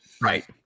Right